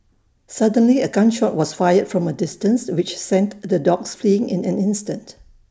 suddenly A gun shot was fired from A distance which sent the dogs fleeing in an instant